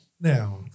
Now